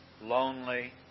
lonely